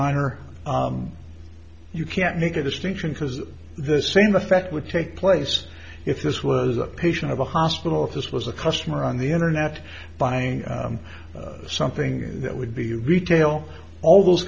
honor you can't make a distinction because the same effect would take place if this was a patient of a hospital if this was a customer on the internet buying something that would be retail all those